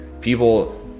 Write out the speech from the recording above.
people